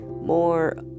more